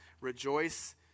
rejoice